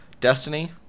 Destiny